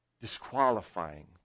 disqualifying